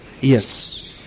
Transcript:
yes